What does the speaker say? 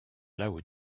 lao